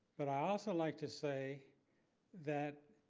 but i also like to say that